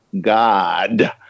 God